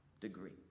degree